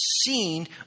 seen